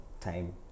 time